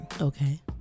okay